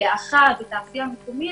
מלאכה ותעשייה מקומית,